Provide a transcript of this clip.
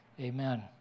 Amen